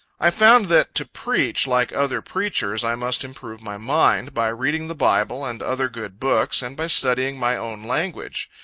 i found, that to preach, like other preachers, i must improve my mind, by reading the bible and other good books, and by studying my own language.